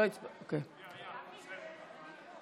ההצעה להעביר את הצעת חוק המרכז לגביית קנסות,